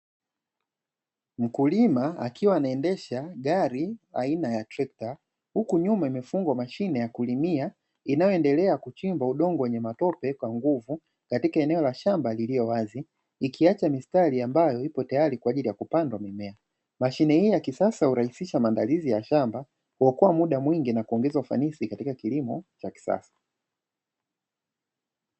Mkulima akiwa anaendesha gari aina ya trekta huku nyuma imefungwa mashine ya kulimia, inayoendelea kuchimba udongo wenye matope kwa nguvu, katika eneo la shamba lililowazi ikiacha mistari ambayo iko tayari kwa ajili ya kupandwa mimea, mashine hii ya kisasa hurahisisha huokoa mda mwingi na kuongeza ufanisi kilimo cha kisasa.